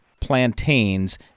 plantains